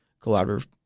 collaborative